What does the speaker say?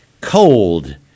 cold